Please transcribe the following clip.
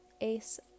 Ace